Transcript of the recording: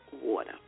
water